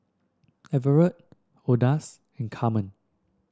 Everet Odus and Carmen